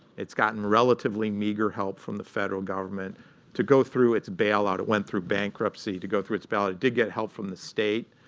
it's gotten relatively meager help from the federal government to go through its bailout it went through bankruptcy to go through its bailout. it did get help from the state,